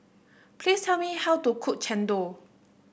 please tell me how to cook Chendol